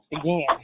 again